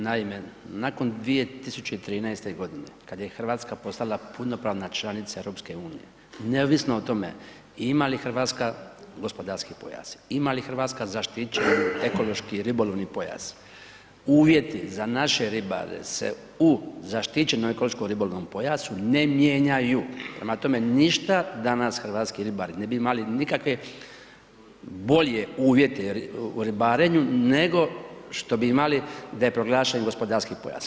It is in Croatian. Naime, nakon 2013. g. kad je Hrvatska postala punopravna članica EU-a, neovisno o tome ima li Hrvatska gospodarski pojas, ima li Hrvatska zaštićeni ekološki ribolovni pojas, uvjeti za naše ribare se u zaštićenom ekološkom ribolovnom pojasu ne mijenjaju prema tome ništa danas hrvatski ribari ne bi imali nikakve bolje uvjete u ribarenju nego što bi imali da je proglašen gospodarski pojas.